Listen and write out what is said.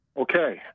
Okay